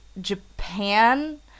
japan